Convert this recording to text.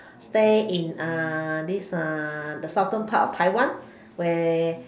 stay in this the southern part of Taiwan where